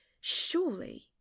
Surely